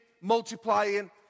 multiplying